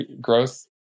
growth